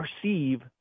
perceive